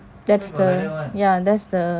that's the ya there's the